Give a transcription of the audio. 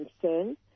concern